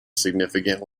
significant